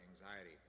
anxiety